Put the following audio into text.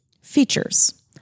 Features